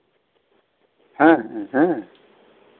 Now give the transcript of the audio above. ᱦᱮᱸ ᱦᱮᱸ